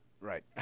Right